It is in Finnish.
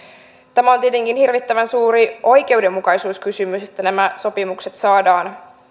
tämä on tietenkin hirvittävän suuri oikeudenmukaisuuskysymys että nämä sopimukset saadaan